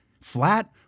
Flat